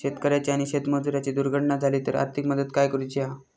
शेतकऱ्याची आणि शेतमजुराची दुर्घटना झाली तर आर्थिक मदत काय करूची हा?